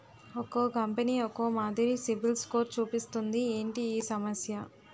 ఒక్కో కంపెనీ ఒక్కో మాదిరి సిబిల్ స్కోర్ చూపిస్తుంది ఏంటి ఈ సమస్య?